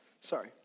sorry